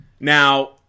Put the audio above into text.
Now